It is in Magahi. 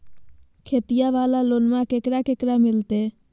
खेतिया वाला लोनमा केकरा केकरा मिलते?